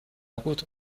gut